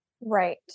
Right